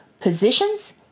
positions